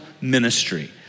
ministry